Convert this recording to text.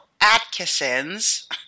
Atkinson's